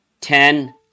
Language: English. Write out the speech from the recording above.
ten